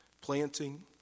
Planting